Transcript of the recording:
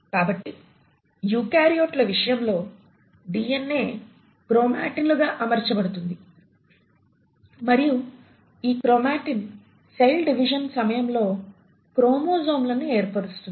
కాబట్టి యూకారియోట్ల విషయంలో డిఎన్ఏ క్రోమాటిన్లుగా అమర్చబడుతుంది మరియు ఈ క్రోమాటిన్ సెల్ డివిజన్ సమయంలో క్రోమోజోమ్లను ఏర్పరుస్తుంది